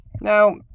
now